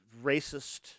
racist